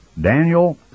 Daniel